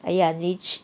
!aiya! 你去